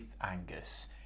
Angus